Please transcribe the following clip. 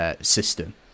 System